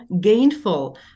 gainful